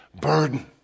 burden